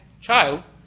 child